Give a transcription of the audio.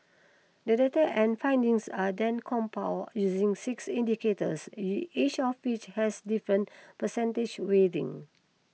the data and findings are then compiled using six indicators each of which has different percentage weighting